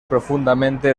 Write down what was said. profundamente